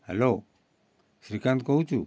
hello Srikanth କହୁଛୁ